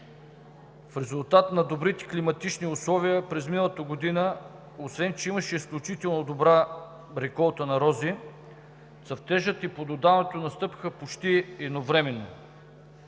В резултат на добрите климатични условия през миналата година, освен че имаше изключително добра реколта на рози, цъфтежът и плододаването настъпиха почти едновременно.